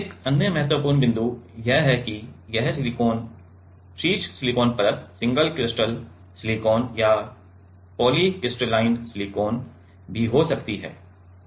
एक अन्य महत्वपूर्ण बिंदु यह है कि यह शीर्ष सिलिकॉन परत सिंगल क्रिस्टल सिलिकॉन या पॉली पॉलीक्रिस्टलाइन सिलिकॉन भी हो सकती है